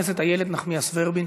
חברת הכנסת איילת נחמיאס ורבין